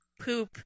poop